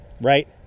right